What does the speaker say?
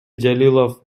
жалилов